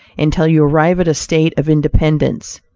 until you arrive at a state of independence.